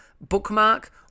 bookmark